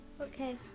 Okay